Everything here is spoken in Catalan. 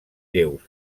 lleus